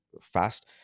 fast